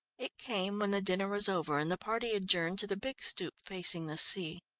it came when the dinner was over and the party adjourned to the big stoep facing the sea.